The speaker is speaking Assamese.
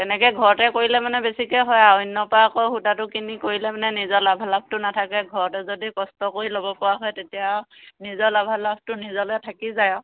তেনেকৈ ঘৰতে কৰিলে মানে বেছিকৈ হয় আৰু অন্য পৰা আকৌ সূতাটো কিনি কৰিলে মানে নিজৰ লাভালাভটো নাথাকে ঘৰতে যদি কষ্ট কৰি ল'ব পৰা হয় তেতিয়া নিজৰ লাভালাভটো নিজলে থাকি যায় আৰু